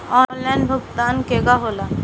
Online भुगतान केगा होला?